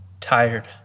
tired